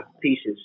pieces